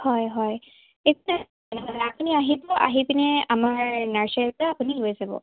হয় হয় আপুনি আহিব আহি পিনে আমাৰ নাৰ্চাৰীৰ পৰা আপুনি লৈ যাব